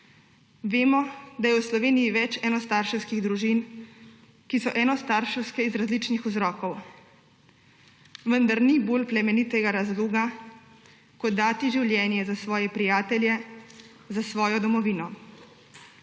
Vemo, da je v Sloveniji več enostarševskih družin, ki so enostarševske iz različnih vzrokov. Vendar ni bilj plemenitega razloga kot dati življenje za svoje prijatelje, za svojo domovino.